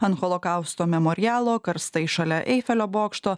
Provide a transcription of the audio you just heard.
ant holokausto memorialo karstai šalia eifelio bokšto